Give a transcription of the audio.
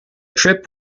trip